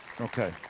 Okay